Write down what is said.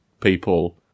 people